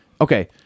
Okay